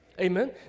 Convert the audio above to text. Amen